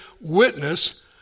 witness